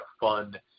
fun